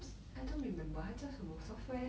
I don't remember 他叫什么 software